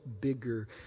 bigger